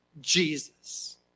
Jesus